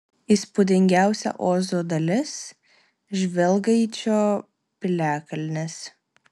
įspūdingiausia ozo dalis žvelgaičio piliakalnis